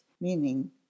meaning